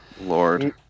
lord